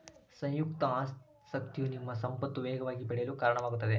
ಸಂಯುಕ್ತ ಆಸಕ್ತಿಯು ನಿಮ್ಮ ಸಂಪತ್ತು ವೇಗವಾಗಿ ಬೆಳೆಯಲು ಕಾರಣವಾಗುತ್ತದೆ